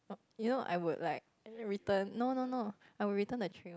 you know I would like return no no no I would return the tray